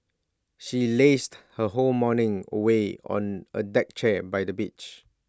she lazed her whole morning away on A deck chair by the beach